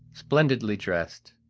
splendidly dressed.